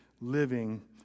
living